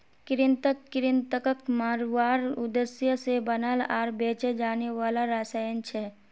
कृंतक कृन्तकक मारवार उद्देश्य से बनाल आर बेचे जाने वाला रसायन छे